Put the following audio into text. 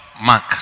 Mark